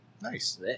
Nice